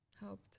Helped